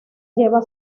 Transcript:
lleva